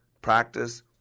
Practice